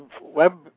web